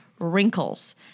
Wrinkles